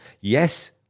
Yes